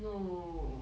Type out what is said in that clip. no